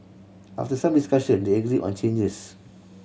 after some discussion they agreed on changes